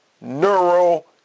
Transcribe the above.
neural